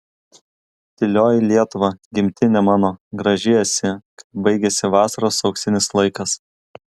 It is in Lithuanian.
tylioji lietuva gimtine mano graži esi kai baigiasi vasaros auksinis laikas